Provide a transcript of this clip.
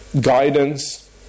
guidance